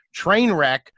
Trainwreck